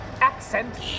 Accent